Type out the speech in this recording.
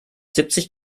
siebzig